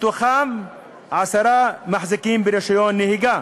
מתוכם עשרה מחזיקים ברישיון נהיגה.